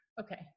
Okay